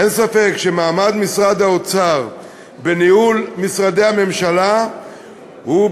אין ספק שמעמד משרד האוצר בניהול משרדי הממשלה מכביד